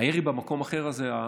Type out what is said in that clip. הירי במקום האחר הזה,